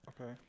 Okay